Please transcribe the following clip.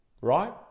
Right